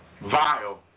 Vile